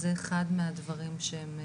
זה אחד מהדברים שהם רלוונטיים.